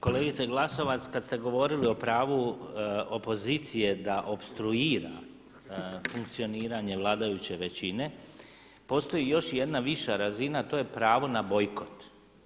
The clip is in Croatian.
Kolegice Glasovac kad ste govorili o pravu opozicije da opstruira funkcioniranje vladajuće većine postoji još jedna viša razina, a to je pravo na bojkot.